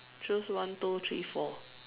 choose one two three four